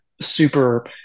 super